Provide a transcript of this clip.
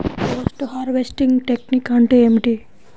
Post harvesting technique అంటే ఏమిటీ?